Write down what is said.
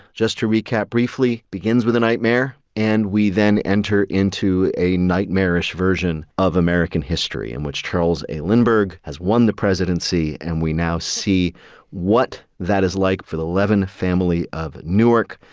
just to recap briefly, begins with a nightmare, and we then enter into a nightmarish version of american history, in which charles a. lindbergh has won the presidency and we now see what that is like for the levin family of newark,